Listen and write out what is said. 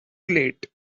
late